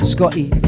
Scotty